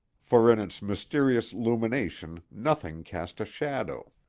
for in its mysterious lumination nothing cast a shadow.